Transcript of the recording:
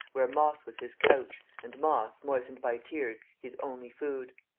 where moss was his couch, and moss, moistened by tears, his only food.